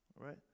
Right